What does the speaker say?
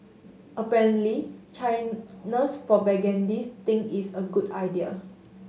apparently China's propagandists think it's a good idea